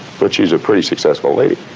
but she's a pretty successful lady.